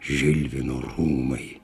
žilvino rūmai